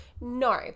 No